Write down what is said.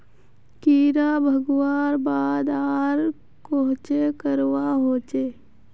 कीड़ा भगवार बाद आर कोहचे करवा होचए?